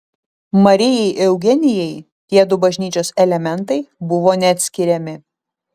marijai eugenijai tiedu bažnyčios elementai buvo neatskiriami